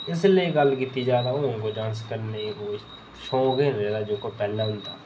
बैसे हून गल्ल कीती जा ते हून कोई डांस करने दी कोई शौक गै निं रेह्दा जेह्का पैह्लें होंदा हा